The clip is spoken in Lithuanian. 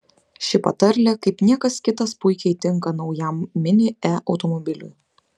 ši patarlė kaip niekas kitas puikiai tinka naujam mini e automobiliui